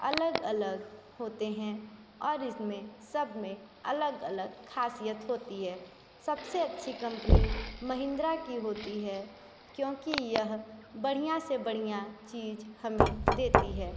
अलग अलग होते हैं और इसमें सब में अलग अलग ख़ासियत होती है सबसे अच्छी कम्पनी महिंद्रा की होती है क्योंकि यह बढ़िया से बढ़िया चीज़ हमें देती है